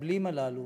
המחבלים הללו,